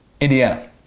Indiana